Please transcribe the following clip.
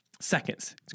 Seconds